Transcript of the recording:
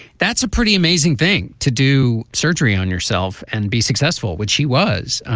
that's a pretty amazing thing to do surgery on yourself and be successful which he was.